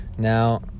Now